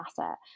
asset